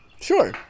Sure